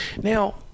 Now